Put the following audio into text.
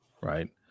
right